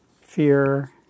fear